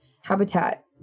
habitat